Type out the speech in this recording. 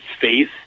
faith